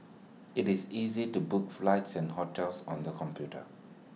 IT is easy to book flights and hotels on the computer